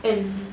and